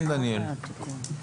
כן, דניאל.